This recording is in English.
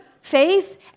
faith